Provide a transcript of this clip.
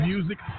Music